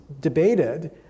debated